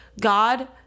god